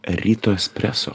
ryto espreso